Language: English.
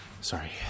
Sorry